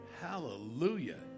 hallelujah